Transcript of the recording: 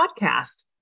podcast